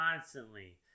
constantly